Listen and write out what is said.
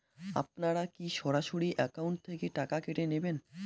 আপনারা কী সরাসরি একাউন্ট থেকে টাকা কেটে নেবেন?